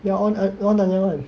ya they're all they're all Nanyang [one]